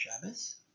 Shabbos